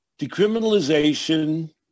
decriminalization